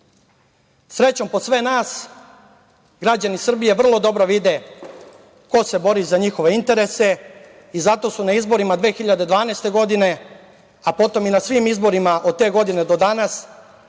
Vučića. Srećom po sve nas, građani Srbije vrlo dobro vide ko se bori za njihove interese i zato su na izborima 2012. godine, a potom i na svim izborima od te godine do danas